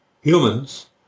humans